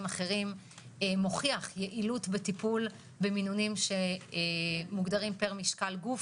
אחרים מוכיח יעילות בטיפול במינונים שמוגדרים פר משקל גוף?